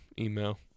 email